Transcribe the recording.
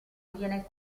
viene